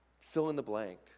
fill-in-the-blank